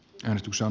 menestyksen